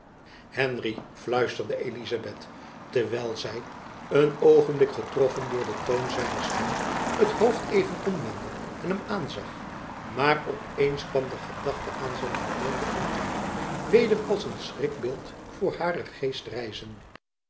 henry fluisterde elizabeth terwijl zy een oogenblik getroffen door den toon zijner stem het hoofd even omwendde en hem aanzag maar op eens kwam de gedachte aan zijn vermeende ontrouw weder als een schrikbeeld voor haren geest rijzen